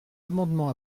amendement